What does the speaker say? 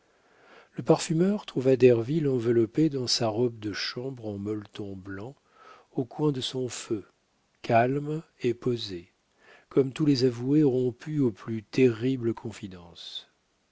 le parfumeur trouva derville enveloppé dans sa robe de chambre en molleton blanc au coin de son feu calme et posé comme tous les avoués rompus aux plus terribles confidences